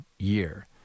Year